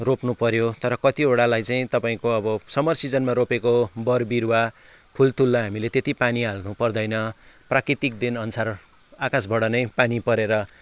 रोप्नुपऱ्यो तर कतिवटालाई चाहिँ तपाईँको अब समर सिजनमा रोपेको बरबिरुवा फुलतुललाई हामीले त्यति पानी हाल्नुपर्दैन प्राकृतिक देनअनुसार आकाशबाट नै पानी परेर